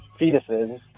fetuses